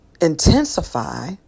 intensify